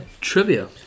trivia